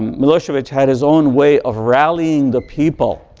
milosevic had his own way of rallying the people.